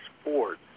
sports